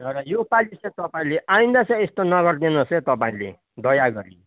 तर यो पालि चाहिँ तपाईँले आइँदा चाहिँ यस्तो नगरिदिनु होस् है तपाईँले दया गरी